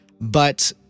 but-